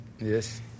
Yes